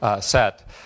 set